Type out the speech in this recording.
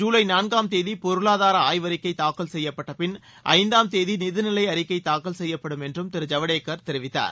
ஜூலை நான்காம் தேதி பொருளாதார ஆய்வறிக்கை தூக்கல் செய்யப்பட்டப்பின் ஐந்தாம் தேதி நிதிநிலை அறிக்கை தாக்கல் செய்யப்படும் என்று திரு ஜவடேகர் தெரிவித்தார்